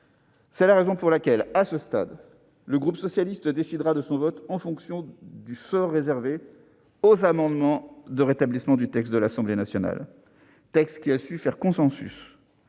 C'est la raison pour laquelle, à ce stade, le groupe socialiste décidera de son vote en fonction du sort qui sera réservé aux amendements de rétablissement du texte de l'Assemblée nationale, qui a su faire consensus.